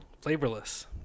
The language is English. flavorless